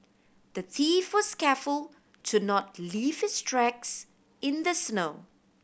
the thief was careful to not leave his tracks in the snow